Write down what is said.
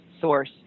source